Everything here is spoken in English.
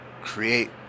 create